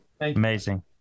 Amazing